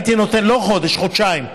לא הייתי נותן חודש אלא חודשיים.